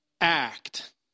act